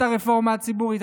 אותה רפורמה ציבורית,